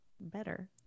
better